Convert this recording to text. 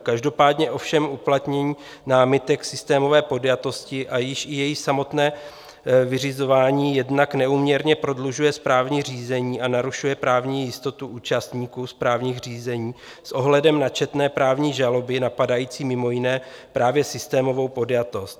Každopádně ovšem uplatnění námitek systémové podjatosti a již i jejich samotné vyřizování jednak neúměrně prodlužuje správní řízení a narušuje právní jistotu účastníků správních řízení s ohledem na četné právní žaloby napadající mimo jiné právě systémovou podjatost.